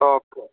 okay